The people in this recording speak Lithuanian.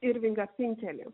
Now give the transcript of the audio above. irvingą finkelį